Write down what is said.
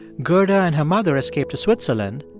gerda and her mother escaped to switzerland,